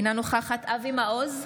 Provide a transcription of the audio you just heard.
אינה נוכחת אבי מעוז,